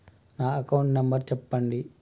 నా account number చెప్పండి?